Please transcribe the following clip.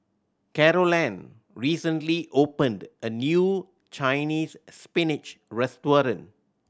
Carolann recently opened a new Chinese Spinach restaurant